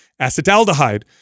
acetaldehyde